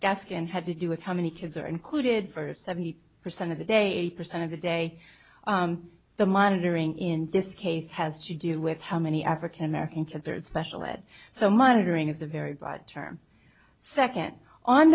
desk and had to do with how many kids are included for seventy percent of the day eight percent of the day the monitoring in this case has to do with how many african american kids are in special ed so monitoring is a very broad term second on